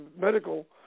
medical